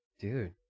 dude